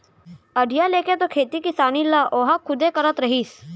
अधिया लेके तो खेती किसानी ल ओहा खुदे करत रहिस